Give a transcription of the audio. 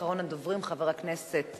אחרון הדוברים, חבר הכנסת